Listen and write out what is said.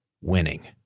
winning